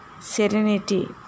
serenity